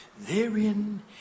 therein